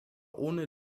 ohne